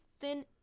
thin